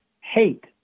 hate